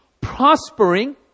prospering